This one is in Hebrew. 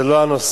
זה לא הנושא.